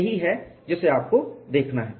यही है जिसे आपको देखना है